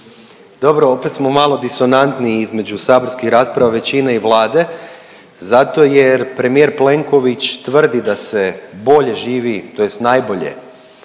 Dobro, opet smo malo disonantni između saborskih rasprava većine i Vlade zato jer premijer Plenković tvrdi da se bolje živi, tj. najbolje